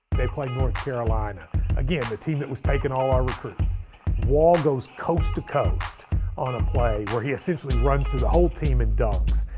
they played north carolina again the team that was taking all our recruits wall goes coast to coast on a play where he essentially runs through the whole team in dunks,